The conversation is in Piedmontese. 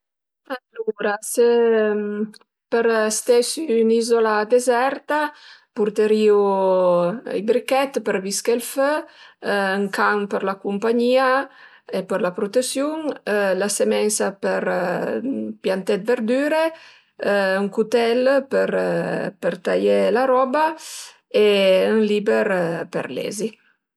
Alura së për ste sü ün'izola deserta purterìu i brichét për visché ël fö, ën can për la cumpagnia e la prutesiun, la sëmensa per pianté 'd verdüre, ën cutél per taié la roba e ën liber për lezi